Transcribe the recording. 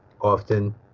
often